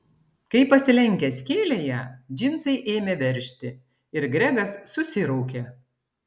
kai pasilenkęs kėlė ją džinsai ėmė veržti ir gregas susiraukė